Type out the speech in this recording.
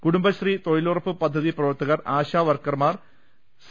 കുടുംബശ്രീ തൊഴിലുറപ്പ് പദ്ധതി പ്രവർത്തകർ ആശാവർക്കർമാർ സി